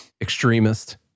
extremist